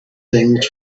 things